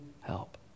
help